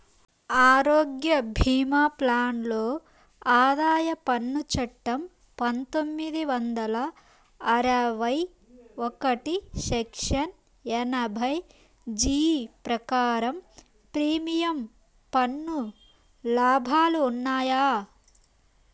ఆరోగ్య భీమా ప్లాన్ లో ఆదాయ పన్ను చట్టం పందొమ్మిది వందల అరవై ఒకటి సెక్షన్ ఎనభై జీ ప్రకారం ప్రీమియం పన్ను లాభాలు ఉన్నాయా?